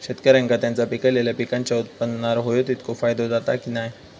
शेतकऱ्यांका त्यांचा पिकयलेल्या पीकांच्या उत्पन्नार होयो तितको फायदो जाता काय की नाय?